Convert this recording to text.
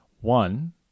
One